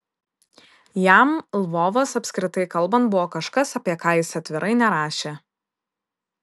jam lvovas apskritai kalbant buvo kažkas apie ką jis atvirai nerašė